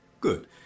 Good